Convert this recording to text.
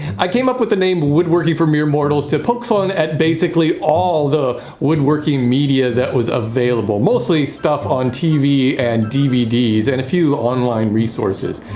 i came up with the name woodworking for mere mortals to poke fun at basically all the woodworking media that was available. available. mostly stuff on tv and dvds and a few online resources.